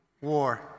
war